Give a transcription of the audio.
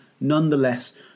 nonetheless